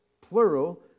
plural